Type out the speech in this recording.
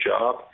job